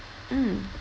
mm